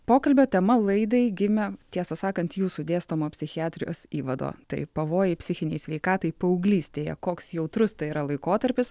pokalbio tema laidai gimė tiesą sakant jūsų dėstomo psichiatrijos įvado tai pavojai psichinei sveikatai paauglystėje koks jautrus tai yra laikotarpis